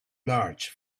large